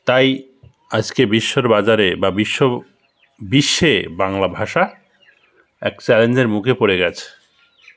তাই আজকে বিশ্বর বাজারে বা বিশ্ব বিশ্বে বাংলা ভাষা এক চ্যালেঞ্জের মুখে পড়ে গেছে